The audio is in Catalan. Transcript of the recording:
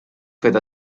fet